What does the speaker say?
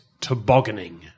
Tobogganing